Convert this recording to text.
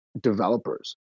developers